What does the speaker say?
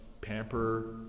pamper